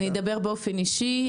אני אדבר באופן אישי.